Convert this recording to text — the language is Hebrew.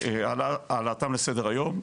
העלתם לסדר היום,